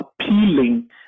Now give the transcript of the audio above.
appealing